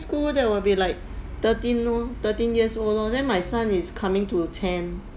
school that will be like thirteen know thirteen years old lor then my son is coming to ten